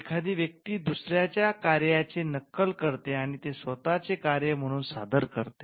एखादी व्यक्ती दुसर्याच्या कार्याची नक्कल करते आणि ते स्वत चे कार्य म्हणून सादर करते